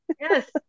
Yes